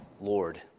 Lord